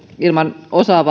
ilman